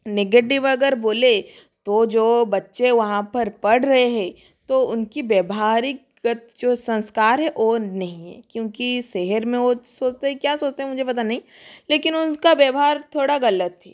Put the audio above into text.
negative अगर बोले तो जो बच्चे वहाँ पर पढ़ रहे है तो उनकी व्यावहारिक गत जो संस्कार है वो नहीं है क्योंकि शहर में वो सोचते है क्या सोचते है मुझे पता नहीं लेकिन उसका व्यवहार थोड़ा गलत है